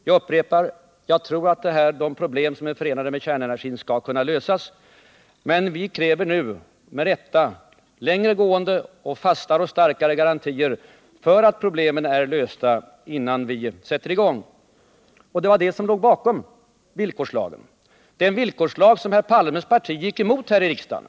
Jag upprepar: Jag tror att de problem som är förenade med kärnenergin skall kunna lösas, men vi kräver nu med rätta längre gående, fastare och starkare garantier för att problemen är lösta innan vi tillåter nya reaktorer att sätta i gång. Det var detta som låg bakom villkorslagen, den villkorslag som Olof Palmes parti gick emot här i riksdagen.